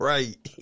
Right